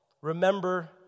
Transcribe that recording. remember